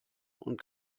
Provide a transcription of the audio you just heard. und